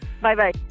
Bye-bye